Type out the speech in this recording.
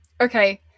okay